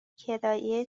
کرایه